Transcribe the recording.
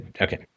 Okay